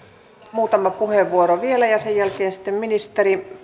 muutama puheenvuoro vielä ja sen jälkeen sitten ministeri